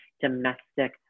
domestic